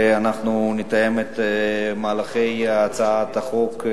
ואנחנו נתאם את מהלכי הצעת החוק